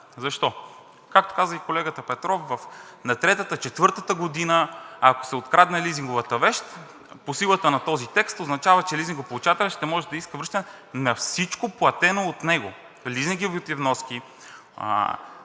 Защо? Както каза и колегата Петров, на третата, четвъртата година, ако се открадне лизинговата вещ, по силата на този текст означава, че лизингополучателят ще може да иска връщане на всичко платено от него – лизинговите вноски,